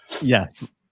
Yes